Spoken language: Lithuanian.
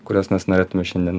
kuriuos mes norėtume šiandien